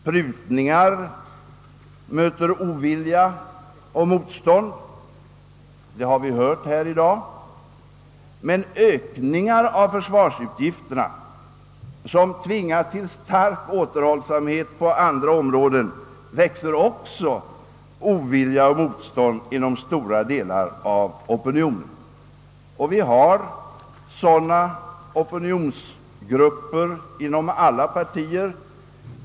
Såsom vi hört i dag möter prutningar ovilja och motstånd, men ökningar av försvarsutgifterna, som tvingar = till stark återhållsamhet på andra områden, väcker också ovilja och motstånd inom stora delar av opinionen, Det finns sådana opinionsgrupper inom alla partier.